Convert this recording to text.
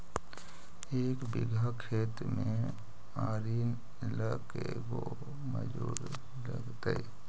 एक बिघा खेत में आरि ल के गो मजुर लगतै?